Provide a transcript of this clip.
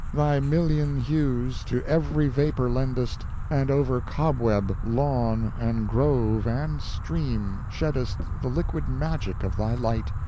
thy million hues to every vapor lendest, and over cobweb, lawn, and grove, and stream sheddest the liquid magic of thy light,